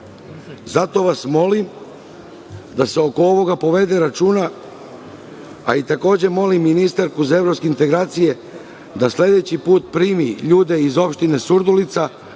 toga. Zato vas molim da se oko ovog povede računa. Takođe molim ministarsku za evropske integracije da sledeći put primi ljude iz opštine Surdulica